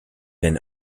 been